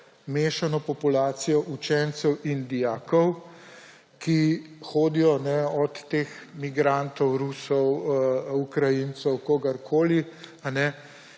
mešano populacijo učencev in dijakov, ki hodijo – od teh migrantov, Rusov, Ukrajincev, kogarkoli,